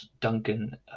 Duncan